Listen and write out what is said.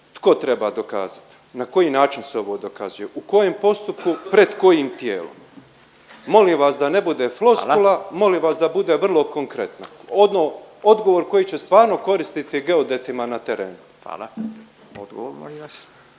Tko treba dokazati, na koji način se ovo dokazuje, u kojem postupku, pred kojim tijelom? Molim vas da ne bude floskula … …/Upadica Furio Radin: Hvala./… … molim vas da bude vrlo konkretno. Ono odgovor koji će stvarno koristiti geodetima na terenu.